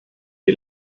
die